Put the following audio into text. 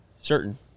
Certain